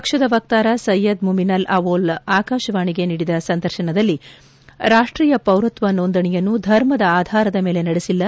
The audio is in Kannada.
ಪಕ್ಷದ ವಕ್ತಾರ ಸಯ್ಕದ್ ಮಮಿನುಲ್ ಅವೊಲ್ ಆಕಾಶವಾಣಿಗೆ ನೀಡಿದ ಸಂದರ್ಶನದಲ್ಲಿ ರಾಷ್ಟೀಯ ಪೌರತ್ವ ನೊಂದಣಿಯನ್ನು ಧರ್ಮದ ಆಧಾರದ ಮೇಲೆ ನಡೆಸಿಲ್ಲ